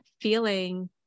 feeling